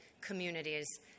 communities